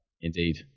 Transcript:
Indeed